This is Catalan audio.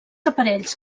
aparells